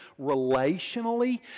relationally